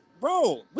bro